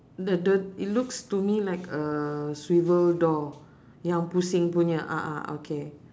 the the it looks to me like a swivel door ya pusing punya a'ah okay